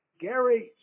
Gary